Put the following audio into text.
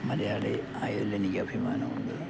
മലയാളി ആയതിൽ എനിക്ക് അഭിമാനം ഉണ്ട്